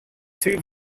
two